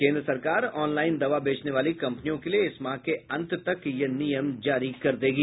केन्द्र सरकार ऑनलाइन दवा बेचने वाली कंपनियों के लिए इस माह के अंत तक यह नियम जारी कर देगी